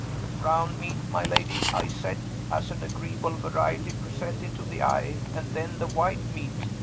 the brown meat, my lady i said, as an agreeable variety presented to the eye, and then the white meat,